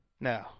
No